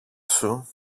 σου